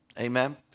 Amen